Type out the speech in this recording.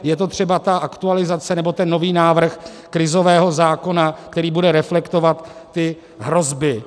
Je to třeba aktualizace nebo nový návrh krizového zákona, který bude reflektovat ty hrozby.